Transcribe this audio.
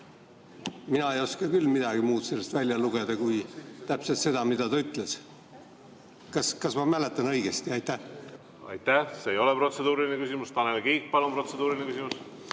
Mina ei oska küll midagi muud sellest välja lugeda kui täpselt seda, mida ta ütles. Kas ma mäletan õigesti? Aitäh! See ei ole protseduuriline küsimus. Tanel Kiik, palun, protseduuriline küsimus!